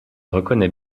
reconnais